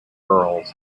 earls